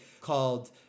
called